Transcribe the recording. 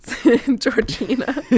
Georgina